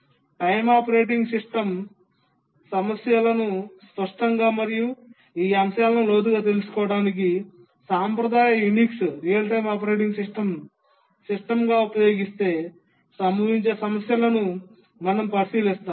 real time operating system సమస్యలను స్పష్టంగా మరియు ఈ అంశాలను లోతుగా తెలుసుకోవడానికి సాంప్రదాయ యునిక్స్ను రియల్ టైమ్ ఆపరేటింగ్ సిస్టమ్గా ఉపయోగిస్తే సంభవించే సమస్యలను మనం పరిశీలిస్తాము